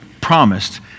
promised